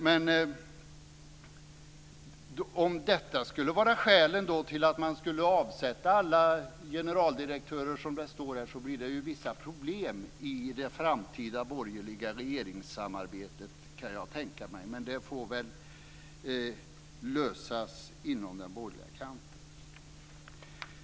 Men om detta skulle vara skäl att avsätta alla generaldirektörer, så kan jag tänka mig att det blir problem i ett framtida borgerligt regeringssamarbete. Men det får väl lösas på den borgerliga kanten.